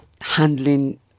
handling